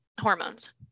hormones